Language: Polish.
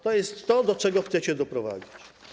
To jest to, do czego chcecie doprowadzić.